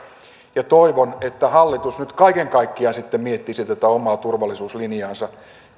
ja toivon että hallitus nyt kaiken kaikkiaan sitten miettisi tätä omaa turvallisuuslinjaansa